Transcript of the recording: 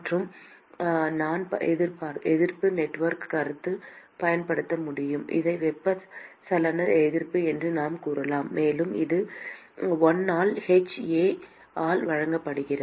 மற்றும் நாம் எதிர்ப்பு நெட்வொர்க் கருத்து பயன்படுத்த முடியும் இதை வெப்பச்சலன எதிர்ப்பு என்று நாம் கூறலாம் மேலும் இது 1 ஆல் hA ஆல் வழங்கப்படுகிறது